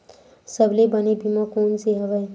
सबले बने बीमा कोन से हवय?